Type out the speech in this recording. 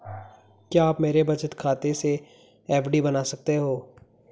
क्या आप मेरे बचत खाते से एफ.डी बना सकते हो?